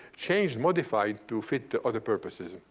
changed, modified to fit the other purposes.